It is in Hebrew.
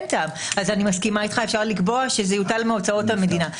אז אני מסכימה איתך שזה יוטל מהוצאות המדינה.